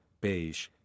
beige